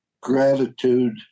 gratitude